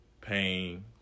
pain